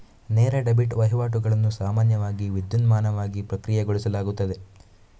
ನೇರ ಡೆಬಿಟ್ ವಹಿವಾಟುಗಳನ್ನು ಸಾಮಾನ್ಯವಾಗಿ ವಿದ್ಯುನ್ಮಾನವಾಗಿ ಪ್ರಕ್ರಿಯೆಗೊಳಿಸಲಾಗುತ್ತದೆ